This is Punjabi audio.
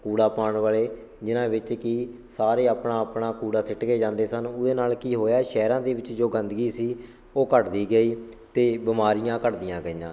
ਕੂੜਾ ਪਾਉਣ ਵਾਲੇ ਜਿਹਨਾਂ ਵਿੱਚ ਕਿ ਸਾਰੇ ਆਪਣਾ ਆਪਣਾ ਕੂੜਾ ਸਿੱਟ ਕੇ ਜਾਂਦੇ ਸਨ ਉਹਦੇ ਨਾਲ ਕੀ ਹੋਇਆ ਸ਼ਹਿਰਾਂ ਦੇ ਵਿੱਚ ਜੋ ਗੰਦਗੀ ਸੀ ਉਹ ਘੱਟਦੀ ਗਈ ਅਤੇ ਬਿਮਾਰੀਆਂ ਘੱਟਦੀਆਂ ਗਈਆਂ